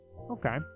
Okay